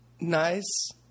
nice